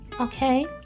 Okay